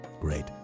Great